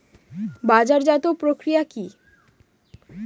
বাজারজাতও প্রক্রিয়া কি?